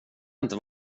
inte